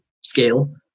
scale